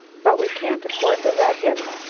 but we can't afford to let him,